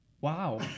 Wow